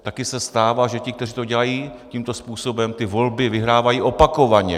Taky se stává, že ti, kteří to dělají tímto způsobem, ty volby vyhrávají opakovaně.